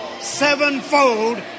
sevenfold